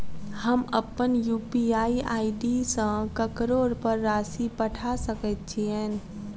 हम अप्पन UPI ID सँ ककरो पर राशि पठा सकैत छीयैन?